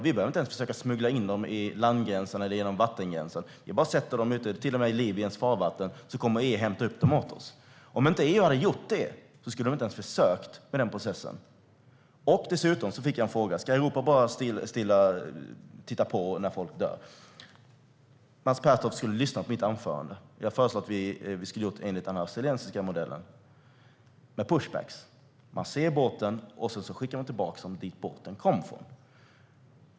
De behöver inte ens försöka smuggla människorna över landgränserna eller genom vattengränserna. Det är bara att sätta dem där ute, till och med i Libyens farvatten. EU kommer och hämtar upp dem. Om inte EU hade gjort detta skulle de inte ens ha försökt med den processen. Jag fick en fråga: Ska Europa bara titta på när folk dör? Mats Pertoft borde ha lyssnat på mitt anförande. Jag föreslog att vi skulle agera enligt den australiska modellen med pushback. Man ser båten. Sedan skickar man tillbaka den till det ställe som båten kom från.